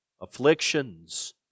afflictions